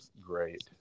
great